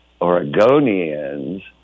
Oregonians